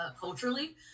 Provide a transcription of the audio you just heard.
culturally